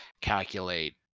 calculate